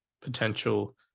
potential